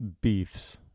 beefs